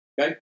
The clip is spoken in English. Okay